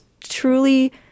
truly